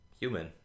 human